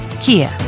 Kia